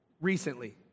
Recently